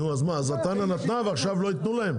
נו, אז מה, אז התמ"א נתנה ועכשיו לא יתנו להם?